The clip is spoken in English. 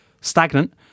stagnant